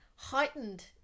heightened